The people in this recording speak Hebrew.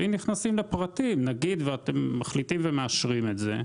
אם אתם מאשרים את זה,